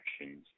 actions